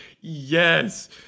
yes